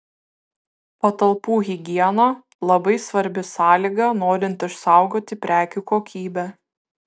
patalpų higiena labai svarbi sąlyga norint išsaugoti prekių kokybę